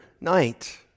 night